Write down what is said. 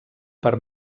per